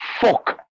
fuck